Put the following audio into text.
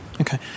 okay